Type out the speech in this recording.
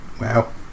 Wow